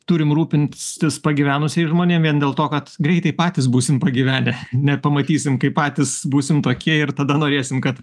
turim rūpintis pagyvenusiais žmonėm vien dėl to kad greitai patys būsim pagyvenę nepamatysim kaip patys būsime tokie ir tada norėsim kad